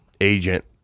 agent